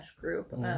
group